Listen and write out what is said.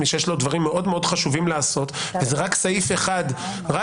שיש לו דברים מאוד חשובים לעשות וזה רק סעיף עבירה